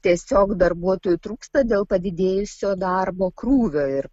tiesiog darbuotojų trūksta dėl padidėjusio darbo krūvio ir